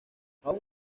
aun